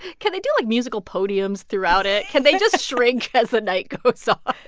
can they do, like, musical podiums throughout it? can they just shrink as the night goes so